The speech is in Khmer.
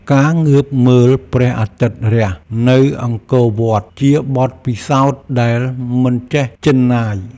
ការងើបមើលព្រះអាទិត្យរះនៅអង្គរវត្តជាបទពិសោធន៍ដែលមិនចេះជឿនណាយ។